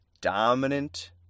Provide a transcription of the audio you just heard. dominant